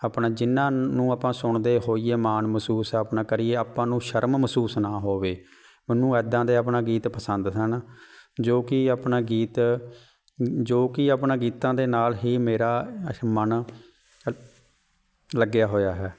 ਆਪਣਾ ਜਿਨ੍ਹਾਂ ਨੂੰ ਆਪਾਂ ਸੁਣਦੇ ਹੋਈਏ ਮਾਣ ਮਹਿਸੂਸ ਆਪਣਾ ਕਰੀਏ ਆਪਾਂ ਨੂੰ ਸ਼ਰਮ ਮਹਿਸੂਸ ਨਾ ਹੋਵੇ ਮੈਨੂੰ ਇੱਦਾਂ ਦੇ ਆਪਣਾ ਗੀਤ ਪਸੰਦ ਸਨ ਜੋ ਕਿ ਆਪਣਾ ਗੀਤ ਜੋ ਕਿ ਆਪਣਾ ਗੀਤਾਂ ਦੇ ਨਾਲ ਹੀ ਮੇਰਾ ਅੱਛ ਮਨ ਲੱਗਿਆ ਹੋਇਆ ਹੈ